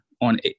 on